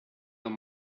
dans